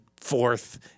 fourth